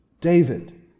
David